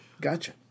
Gotcha